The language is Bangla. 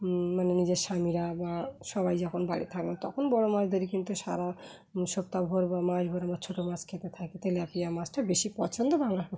মানে নিজের স্বামীরা বা সবাই যখন বাড়ি থাকলেন তখন বড়ো মাছ ধরেি কিন্তু সারা সপ্তাহ ভর বা মাস ভর আমরা ছোটো মাছ খেতে থাককে তেলেপিয়া মাছটা বেশি পছন্দ বাংলা